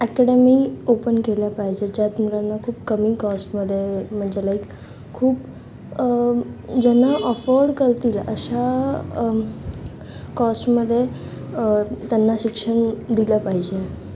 academy open केल्या पाहिजे आहेत ज्यात मुलांना खूप कमी कॉस्टमध्ये म्हणजे लाईक खूप ज्यांना अफोर्ड करतील अशा कॉस्टमध्ये त्यांना शिक्षण दिलं पाहिजे